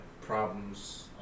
problems